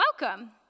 welcome